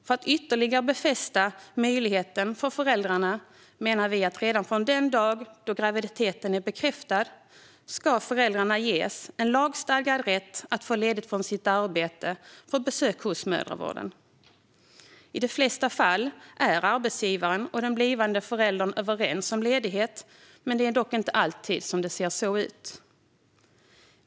För att ytterligare befästa denna möjlighet menar vi att föräldrar redan från den dag graviditeten är bekräftad ska ges lagstadgad rätt att få ledigt från sitt arbete för besök hos mödravården. I de flesta fall är arbetsgivaren och den blivande föräldern överens om ledighet, men det är inte alltid så.